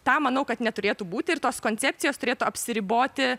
tą manau kad neturėtų būti ir tos koncepcijos turėtų apsiriboti